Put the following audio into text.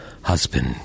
husband